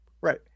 Right